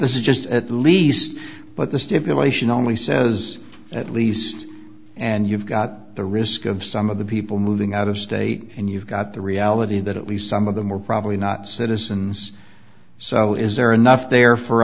this is just at least but the stipulation only says at least and you've got the risk of some of the people moving out of state and you've got the reality that at least some of them are probably not citizens so is there enough there for